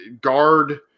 guard